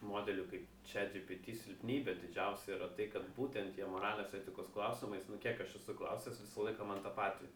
modelių kaip čiat džpiti silpnybė didžiausia yra tai kad būtent jie moralės etikos klausimais nu kiek aš esu klausęs visą laiką man tą patį